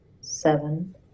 seven